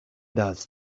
does